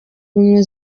ubumwe